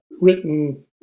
written